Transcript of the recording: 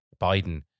Biden